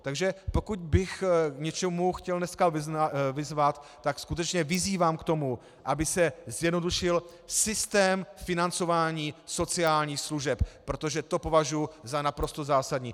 Takže pokud bych k něčemu chtěl dneska vyzvat, tak skutečně vyzývám k tomu, aby se zjednodušil systém financování sociálních služeb, protože to považuji za naprosto zásadní.